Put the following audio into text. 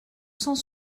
cent